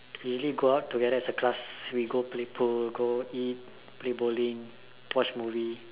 really go out together as a class we go play pool go eat play bowling watch movie